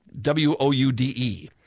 W-O-U-D-E